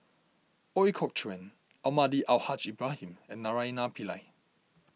Ooi Kok Chuen Almahdi Al Haj Ibrahim and Naraina Pillai